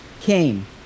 came